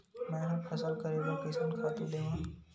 मैं ह फसल करे बर कइसन खातु लेवां?